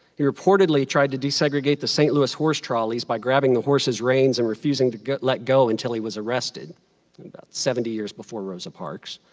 he reportedly tried to desegregate the st. louis horse trolleys by grabbing the horses' reins and refusing to let go until he was arrested, about seventy years before rosa parks.